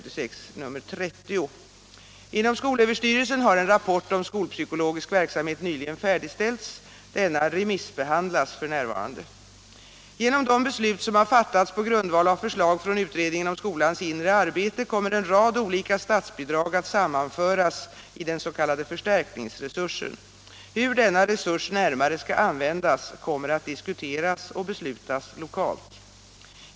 Inom skolöverstyrelsen har en rapport om skolpsykologisk verksamhet nyligen färdigställts. Denna remissbehandlas f.n. Genom de beslut som har fattats på grundval av förslag från utredningen om skolans inre arbete kommer en rad olika statsbidrag att sammanföras i den s.k. förstärkningsresursen. Hur denna resurs närmare skall användas kommer att diskuteras och beslutas lokalt.